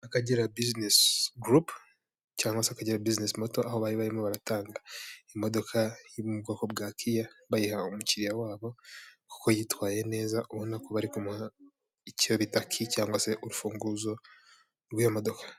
Akagera bizinesi gurupu, cyangwa se akagera bizinesi moto, aho bari barimo baratanga imodoka yo mu bwoko bwa kiya, bayiha umukiriya wabo kuko yitwaye neza, ubona ko bari kumuha icyo bita ki, cyangwa se urufunguzo rwiyo modoka.